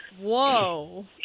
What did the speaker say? Whoa